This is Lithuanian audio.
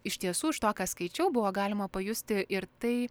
iš tiesų iš to ką skaičiau buvo galima pajusti ir tai